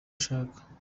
ashaka